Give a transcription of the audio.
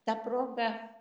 ta proga